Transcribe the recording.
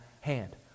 hand